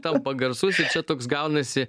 tampa garsus ir čia toks gaunasi